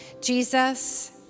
Jesus